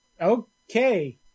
Okay